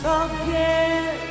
again